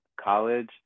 college